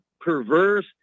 perverse